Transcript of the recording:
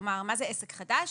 כלומר, מה זה עסק חדש?